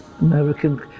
American